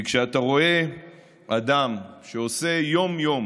כי כשאתה רואה אדם שעושה יום-יום